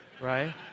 Right